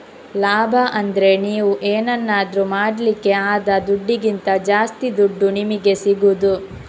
ಲಾಭ ಅಂದ್ರೆ ನೀವು ಏನನ್ನಾದ್ರೂ ಮಾಡ್ಲಿಕ್ಕೆ ಆದ ದುಡ್ಡಿಗಿಂತ ಜಾಸ್ತಿ ದುಡ್ಡು ನಿಮಿಗೆ ಸಿಗುದು